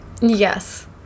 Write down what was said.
Yes